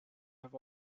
have